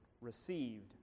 received